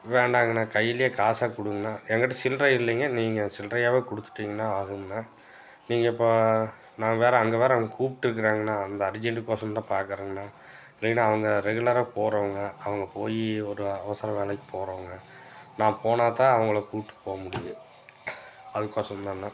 வேண்டாங்கண்ணா கையில் காசா கொடுங்கண்ணா என்கிட்ட சில்லறை இல்லைங்க நீங்கள் சில்லறையாகவே கொடுத்திட்டீங்கனா ஆகுங்கண்ணா நீங்கள் இப்போ நான் வேறு அங்கே வேறு அவங்க கூப்பிட்டுருக்காங்கண்ணா அந்த அர்ஜென்டுக்கொசரந்தான் பார்க்குறேங்கண்ணா இல்லேனா அவங்க ரெகுலராக போறவங்க அவங்க போய் ஒரு அவசர வேலைக்குப் போகிறவங்க நான் போனால்தான் அவங்களை கூப்பிட்டுப் போகமுடிது அதுக்கொசரந்தாண்ணா